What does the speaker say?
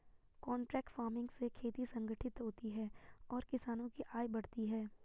contract farming से खेती संगठित होती है और किसानों की आय बढ़ती है